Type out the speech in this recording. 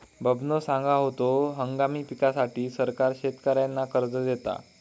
बबनो सांगा होतो, हंगामी पिकांसाठी सरकार शेतकऱ्यांना कर्ज देता